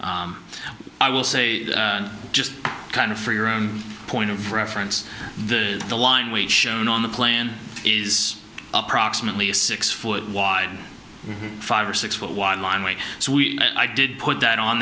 i will say just kind of for your own point of reference the line we shown on the plan is approximately a six foot wide five or six foot one line way so we i did put that on